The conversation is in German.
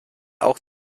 auch